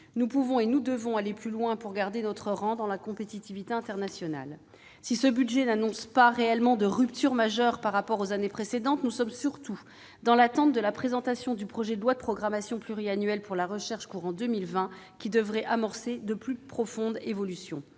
Nous pouvons et devons aller plus loin pour garder notre rang dans la compétition internationale. Si ce budget ne marque pas réellement de rupture majeure par rapport aux années précédentes, nous sommes surtout dans l'attente de la présentation du projet de loi de programmation pluriannuelle pour la recherche. Attendu dans le courant de l'année prochaine, ce texte devrait amorcer de plus profondes évolutions.